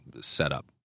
setup